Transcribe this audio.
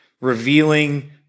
revealing